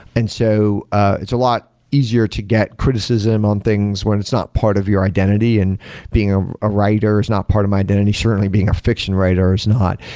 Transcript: and so ah it's a lot easier to get criticism on things when it's not part of your identity, and being a ah writer is not part of my identity. certainly, being a fiction writer is not.